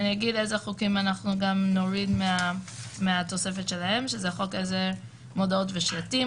אני אגיד איזה חוקים נוריד מהתוספת שלהם: חוק עזר מודעות ושלטים,